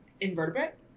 invertebrate